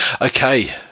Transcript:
Okay